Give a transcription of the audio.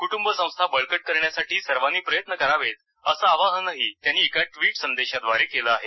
कुटुंबसंस्था बळकट करण्यासाठी सर्वांनी प्रयत्न करावेत असं आवाहनही त्यांनी एका ट्विट संदेशाद्वारे केलं आहे